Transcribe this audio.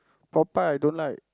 Popeyes I don't like